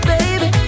Baby